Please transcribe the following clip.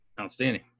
Outstanding